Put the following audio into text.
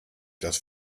dass